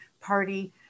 party